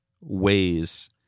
ways